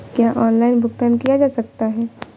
क्या ऑनलाइन भुगतान किया जा सकता है?